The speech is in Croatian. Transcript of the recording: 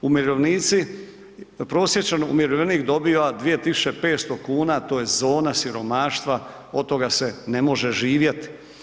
Umirovljenici, prosječni umirovljenik dobiva 2500 kuna, to je zona siromaštva, od toga se ne može živjeti.